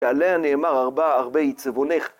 ועליה נאמר הרבה הרבה עיצבונך